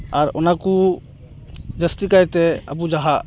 ᱟᱨ ᱚᱱᱟ ᱠᱚ ᱡᱟᱥᱛᱤ ᱠᱟᱭᱛᱮ ᱟᱵᱚ ᱡᱟᱦᱟᱸ